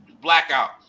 blackout